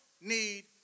need